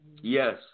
Yes